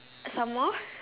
some more